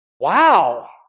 Wow